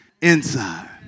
inside